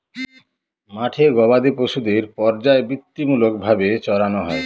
মাঠে গোবাদি পশুদের পর্যায়বৃত্তিমূলক ভাবে চড়ানো হয়